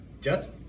Jets